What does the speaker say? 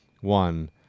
one